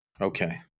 Okay